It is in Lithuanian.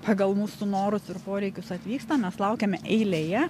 pagal mūsų norus ir poreikius atvyksta mes laukiame eilėje